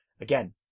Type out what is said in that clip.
again